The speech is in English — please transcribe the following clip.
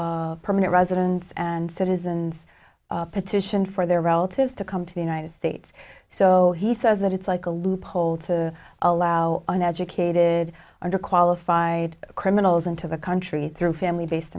permanent residents and citizens petition for their relatives to come to the united states so he says that it's like a loophole to allow an educated or qualified criminals into the country through family based